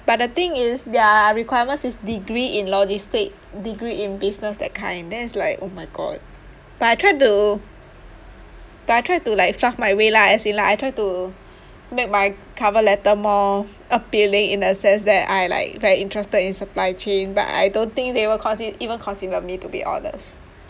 but the thing is their requirement says degree in logistic degree in business that kind then it's like oh my god but I tried to but I tried to like fluff my way lah as in like I try to make my cover letter more appealing in the sense that I like very interested in supply chain but I don't think they will consi~ even consider me to be honest